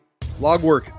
LogWork